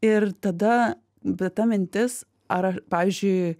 ir tada bet ta mintis ar pavyzdžiui